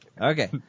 Okay